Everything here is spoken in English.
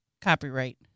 copyright